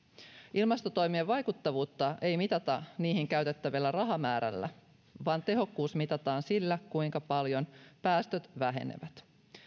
ilmastotoimien vaikuttavuutta ei mitata niihin käytettävällä rahamäärällä vaan tehokkuus mitataan sillä kuinka paljon päästöt vähenevät